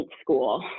school